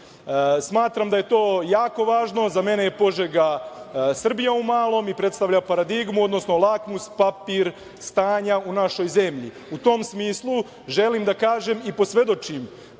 društvu. Smatram da je to jako važno. Za mene je Požega Srbija u malom i predstavlja paradigmu, odnosno lakmus papir stanja u našoj zemlji. U tom smislu, želim da kažem i posvedočim